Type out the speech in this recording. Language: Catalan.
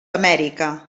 amèrica